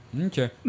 Okay